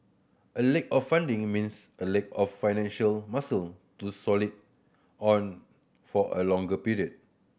a lack of funding in means a lack of financial muscle to solid on for a longer period